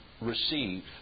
receive